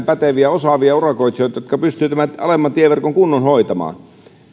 päteviä osaavia urakoitsijoita jotka pystyvät alemman tieverkon kunnon hoitamaan